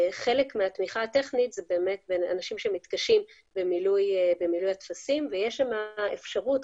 חלק מהתמיכה הטכנית היא אנשים שמתקשים במילוי הטפסים ויש שם אפשרות,